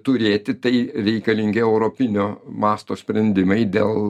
turėti tai reikalingi europinio masto sprendimai dėl